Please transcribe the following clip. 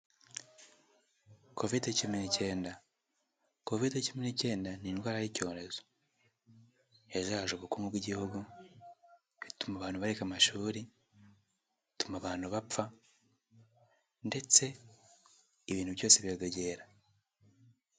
Covid cumi n'icyenda, covid cumi n'icyenda ni indwara y'icyorezo yazahaje ubukungu bw'igihugu bituma abantu bareka amashuri, bituma abantu bapfa ndetse ibintu byose biradogera.